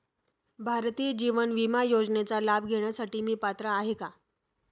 भारतीय जीवन विमा योजनेचा लाभ घेण्यासाठी मी पात्र आहे का?